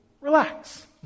relax